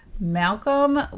Malcolm